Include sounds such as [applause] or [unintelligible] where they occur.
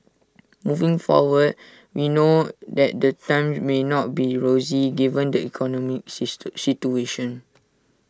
moving forward we know that the times may not be rosy given the economy [unintelligible] situation